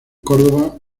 córdoba